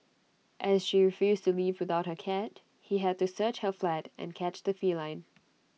as she refused to leave without her cat he had to search her flat and catch the feline